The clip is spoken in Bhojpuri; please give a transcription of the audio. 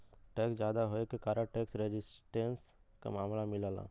टैक्स जादा होये के कारण टैक्स रेजिस्टेंस क मामला मिलला